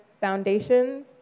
foundations